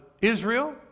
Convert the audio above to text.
Israel